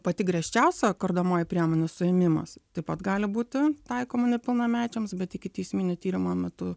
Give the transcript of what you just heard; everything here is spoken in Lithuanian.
pati griežčiausia kardomoji priemonė suėmimas taip pat gali būti taikoma nepilnamečiams bet ikiteisminio tyrimo metu